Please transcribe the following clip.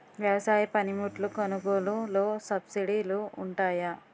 వ్యవసాయ పనిముట్లు కొనుగోలు లొ సబ్సిడీ లు వుంటాయా?